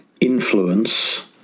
influence